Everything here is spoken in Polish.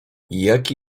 jaki